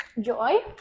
joy